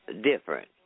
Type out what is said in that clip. different